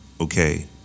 Okay